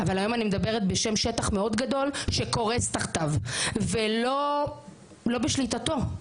אבל היום אני מדברת בשם שטח מאוד גדול שקורס תחתיו ולא לא בשליטתו.